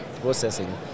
processing